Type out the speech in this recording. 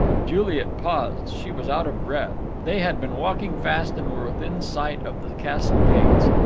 juliet paused she was out of breath they had been walking fast and were within sight of the castle gates.